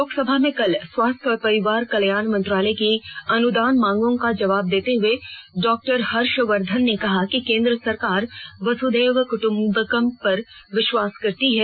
लोकसभा में कल स्वास्थ्य और परिवार कल्याण मंत्रालय की अनुदान मांगों का जवाब देते हए डॉ हर्षवर्धन ने कहा कि केन्द्र सरकार वसुधैव क्ट्म्बकम पर विश्वास करती है